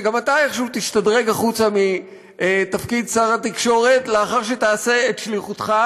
שגם אתה איכשהו תשתדרג החוצה מתפקיד שר התקשורת לאחר שתעשה את שליחותך,